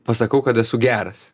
pasakau kad esu geras